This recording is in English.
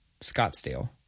Scottsdale